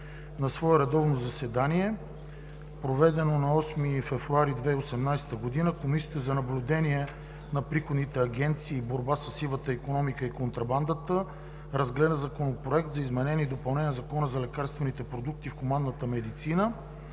На свое редовно заседание, проведено на 8 февруари 2018 г., Комисията за наблюдение на приходните агенции и борба със сивата икономика и контрабандата разгледа Законопроект за изменение и допълнение на Закона за лекарствените продукти в хуманната медицина,